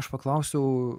aš paklausiau